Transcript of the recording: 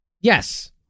Yes